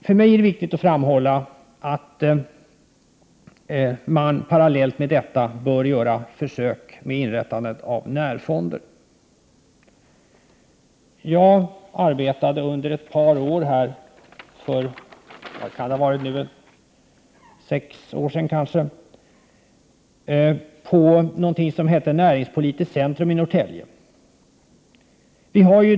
För mig är det viktigt att framhålla att man parallellt med detta bör göra försök med inrättandet av närfonder. Jag arbetade under ett par år för kanske sex år sedan på Näringspolitiskt Centrum i Norrtälje.